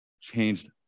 changed